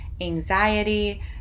anxiety